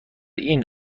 این